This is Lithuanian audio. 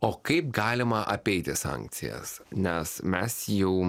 o kaip galima apeiti sankcijas nes mes jau